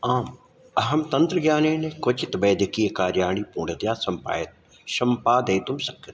आम् अहं तन्त्रज्ञानेन क्वचित् वैद्यकीयकार्याणि पूर्णतया सम्पाय सम्पादयितुं शक्यते